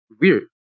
weird